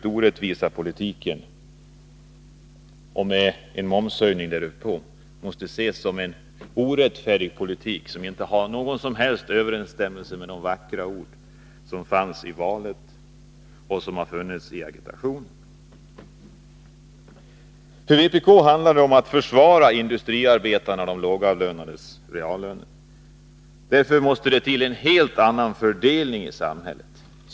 Denna politik — med en momshöjning därtill — måste ses såsom djupt orättfärdig. Den har inte någon som helst överensstämmelse med de vackra ord som uttalats i valrörelsen eller i agitation i andra sammanhang. För vpk handlar det om att försvara industriarbetarnas och övriga lågavlönades reallöner. Därför måste det till en helt annan fördelning i samhället.